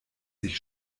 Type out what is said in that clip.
sich